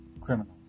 criminals